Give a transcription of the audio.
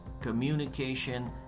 communication